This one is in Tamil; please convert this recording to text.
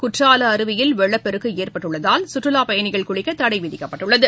குற்றால அருவியில் வெள்ளப்பெருக்கு ஏற்பட்டுள்ளதால் சுற்றுலாப் பயணிகள் குளிக்க தடை விதிக்கப்பட்டுள்ளது